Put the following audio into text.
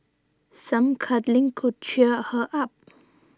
some cuddling could cheer her up